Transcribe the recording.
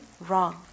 wrong